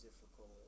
difficult